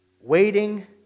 waiting